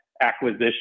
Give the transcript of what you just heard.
acquisition